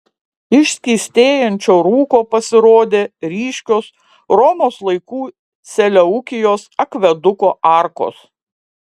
iš skystėjančio rūko pasirodė ryškios romos laikų seleukijos akveduko arkos